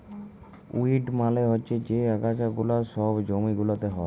weed মালে হচ্যে যে আগাছা গুলা সব জমি গুলাতে হ্যয়